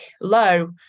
low